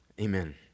amen